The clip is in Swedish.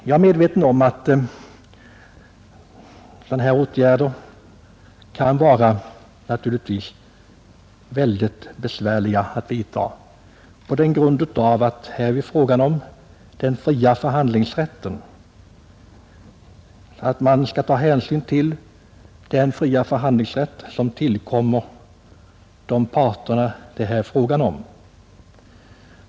Jag är fullt på det klara med att sådana åtgärder kan vara mycket besvärliga att vidta, eftersom de berör den fria förhandlingsrätt som tillkommer parterna i fråga.